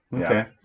Okay